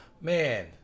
man